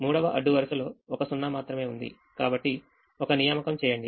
మూడవఅడ్డు వరుసలో ఒక 0 మాత్రమే ఉంది కాబట్టి ఒక నియామకం చేయండి